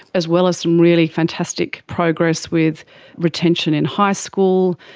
as well as some really fantastic progress with retention in high school.